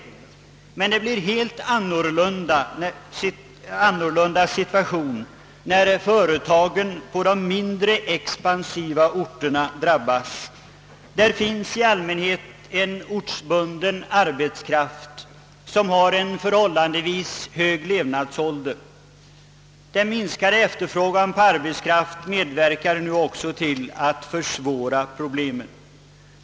Situationen ter sig emellertid helt annorlunda när företag på de mindre expansiva orterna drabbas. Där finns i allmänhet en ortsbunden arbetskraft, som har en förhållandevis hög levnadsålder. Den minskade efterfrågan på arbetskraft medverkar också till att förstora problemen.